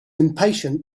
impatient